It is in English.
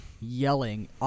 Yelling